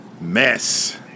Mess